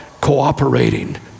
cooperating